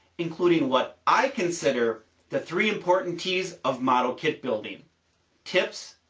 including what i consider the three important t's of model kit building tips,